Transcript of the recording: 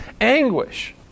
anguish